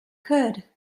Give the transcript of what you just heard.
could